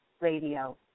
radio